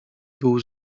był